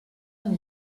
amb